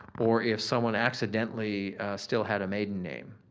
or if someone accidentally still had a maiden name,